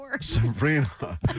Sabrina